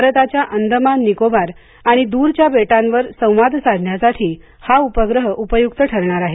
भारताच्या अंदमान निकोबार आणि दूरच्या बेटांवर संवाद साधण्यासाठी हा उपग्रह उपयुक्त ठरणार आहे